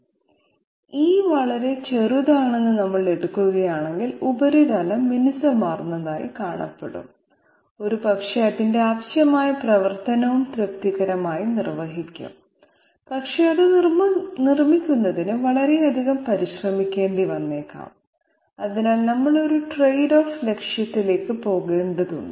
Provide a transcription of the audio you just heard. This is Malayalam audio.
e വളരെ ചെറുതാണെന്ന് നമ്മൾ എടുക്കുകയാണെങ്കിൽ ഉപരിതലം മിനുസമാർന്നതായി കാണപ്പെടും ഒരുപക്ഷേ അതിന്റെ ആവശ്യമായ പ്രവർത്തനവും തൃപ്തികരമായി നിർവ്വഹിക്കും പക്ഷേ അത് നിർമ്മിക്കുന്നതിന് വളരെയധികം പരിശ്രമിക്കേണ്ടി വന്നേക്കാം അതിനാൽ നമ്മൾ ഒരു ട്രേഡ് ഓഫ് ലക്ഷ്യത്തിലേക്ക് പോകേണ്ടതുണ്ട്